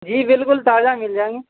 جی بالکل تازہ مل جائیں گے